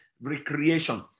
recreation